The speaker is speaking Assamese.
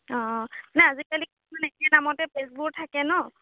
অঁ অঁ নাই আজিকালি কিমান একে নামতে পেজবোৰ থাকে ন'